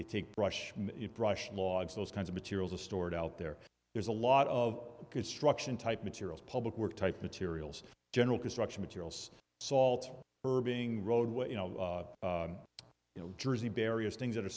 they take brush brush logs those kinds of materials are stored out there there's a lot of construction type materials public work type materials general construction materials salt irving roadway you know you know jersey barriers things that are